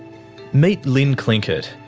meet lyn clinckett.